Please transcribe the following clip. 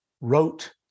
wrote